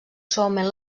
suaument